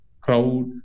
crowd